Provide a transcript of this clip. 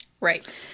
Right